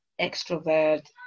extrovert